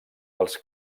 els